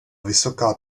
vysoká